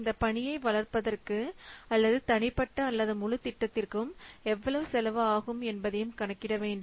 இந்தப் பணியை வளர்ப்பதற்கு அல்லது தனிப்பட்ட அல்லது முழு திட்டத்திற்கும் எவ்வளவு செலவு ஆகும் என்பதையும் கணக்கிட வேண்டும்